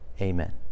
Amen